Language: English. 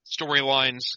storylines